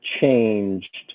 changed